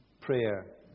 prayer